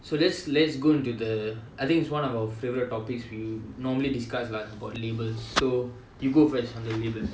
so let's let's go into the I think it's one of our favourite topics we normally discuss like about labels so you go first on the labels